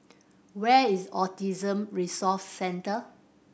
where is Autism Resource Centre